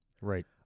Right